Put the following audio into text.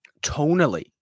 tonally